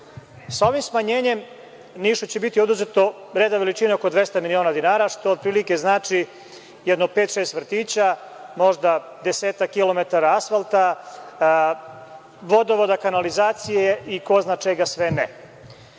evra. Ovim smanjenjem Nišu će biti oduzeto reda veličine oko 200 miliona dinara, što otprilike znači jedno pet, šest vrtića, možda desetak kilometara asfalta, vodovoda, kanalizacije i ko zna čega sve ne. Ne